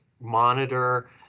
monitor